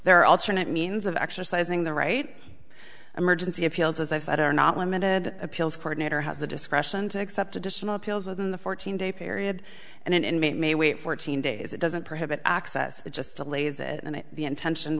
are alternate means of exercising the right emergency appeals as i said are not limited appeals court nater has the discretion to accept additional appeals within the fourteen day period and an inmate may wait fourteen days it doesn't prohibit access just delays it and the intention